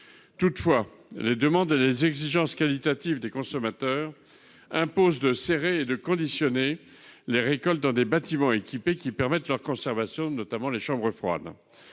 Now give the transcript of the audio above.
Toutefois, les demandes et les exigences qualitatives des consommateurs imposent de serrer et de conditionner les récoltes dans des bâtiments équipés qui permettent leur conservation, notamment les chambres froides,